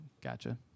gotcha